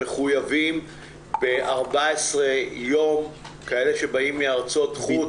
האם עדיין מחויבים ב-14 ימי בידוד לאנשים שבאים מן החוץ?